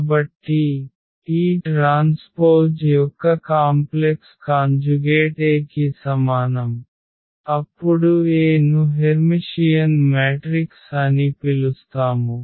కాబట్టి ఈ ట్రాన్స్పోజ్ యొక్క కాంప్లెక్స్ కాంజుగేట్ A కి సమానం అప్పుడు A ను హెర్మిషియన్ మ్యాట్రిక్స్ అని పిలుస్తాము